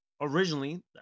originally